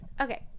okay